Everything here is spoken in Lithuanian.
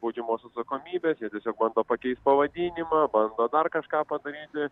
baudžiamos atsakomybės jie tiesiog bando pakeist pavadinimą bando dar kažką padaryti